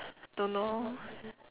don't know